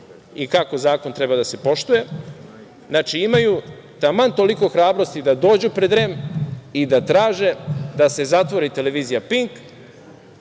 i kako zakon treba da se poštuje, znači imaju taman toliko hrabrosti da dođu pred REM i da traže da se zatvori televizija "Pink",